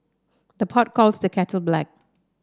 the pot calls the kettle black